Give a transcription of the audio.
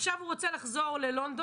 עכשיו הוא רוצה לחזור ללונדון,